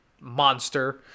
monster